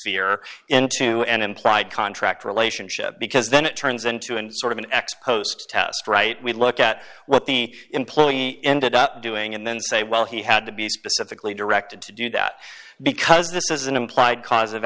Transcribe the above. fear into an implied contract relationship because then it turns into a sort of an ex post test right we look at what the employee ended up doing and then say well he had to be specifically directed to do that because this is an implied cause of